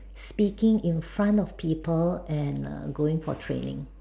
speaking in front of people and err going for training